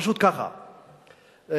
פשוט ככה,